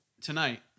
tonight